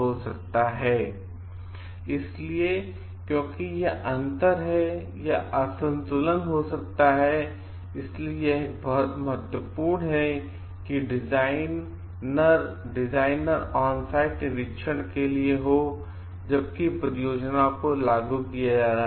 सकता है इसलिए क्योंकि यह अंतर है या असंतुलन हो सकता है इसलिए यह एक बहुत महत्वपूर्ण है कि डिजाइनर ऑनसाइट निरीक्षण के लिए हो जबकि परियोजनाओं को लागू किया जा रहा है